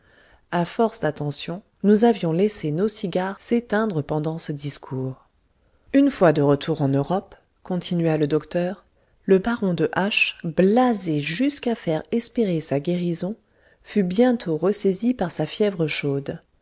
à force d'attention nous avions laissé nos cigares s'éteindre pendant ce discours une fois de retour en europe continua le docteur le baron de h blasé jusqu'à faire espérer sa guérison fut bientôt ressaisi par sa fièvre chaude